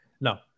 No